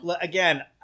again